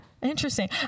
Interesting